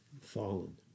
Fallen